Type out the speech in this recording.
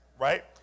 Right